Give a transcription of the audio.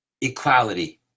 equality